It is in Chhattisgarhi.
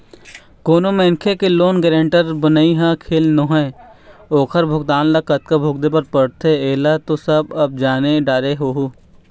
कोनो मनखे के लोन गारेंटर बनई ह खेल नोहय ओखर भुगतना ल कतका भुगते बर परथे ऐला तो सब अब जाने डरे होहूँ